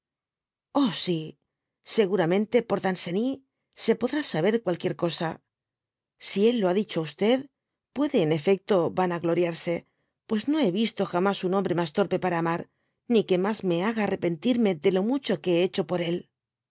oh si seguramente por danceny se podrá saber cualquier cosa si él lo ha dicho á puede en efecto vanagloriarse pues no hé visto jamas un hombre mas torpe para amar ni que mas me haga arrepentirme de lo mucho que hé hecho por él